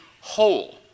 whole